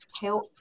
help